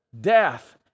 death